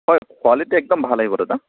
হয় কোৱালিটি একদম ভাল আহিব দাদা